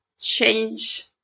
change